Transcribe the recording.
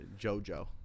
jojo